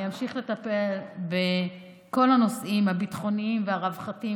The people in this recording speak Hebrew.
אני אמשיך לטפל בכל הנושאים הביטחוניים והרווחתים